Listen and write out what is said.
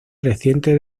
reciente